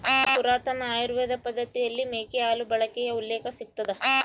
ಪುರಾತನ ಆಯುರ್ವೇದ ಪದ್ದತಿಯಲ್ಲಿ ಮೇಕೆ ಹಾಲು ಬಳಕೆಯ ಉಲ್ಲೇಖ ಸಿಗ್ತದ